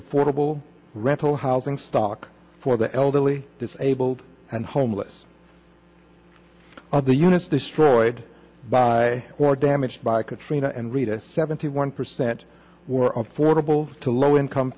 affordable rental housing stock for the elderly disabled and homeless of the units destroyed by or damaged by katrina and rita seventy one percent were affordable to low income